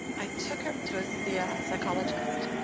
i took her to ah see a psychologist.